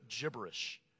gibberish